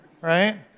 Right